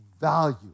value